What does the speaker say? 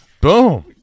Boom